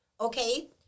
Okay